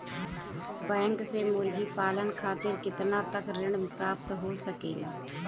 Bank से मुर्गी पालन खातिर कितना तक ऋण प्राप्त हो सकेला?